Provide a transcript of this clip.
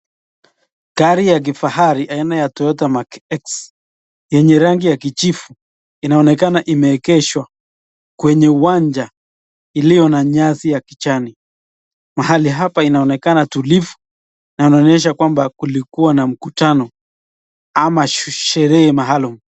Gari ya kifahari aina ya Toyota Mac X yenye rangi ya kijivu inaonekana imeegeshwa kwenye uwanja iliona nyasi ya kijani. Mahali hapa inaonekana tulivu na inaonyesha kwamba kulikuwa na mkutano ama sherehe maalum.